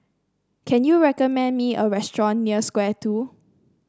can you recommend me a restaurant near Square Two